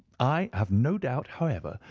i have no doubt, however,